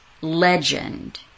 legend